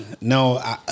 No